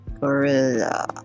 Gorilla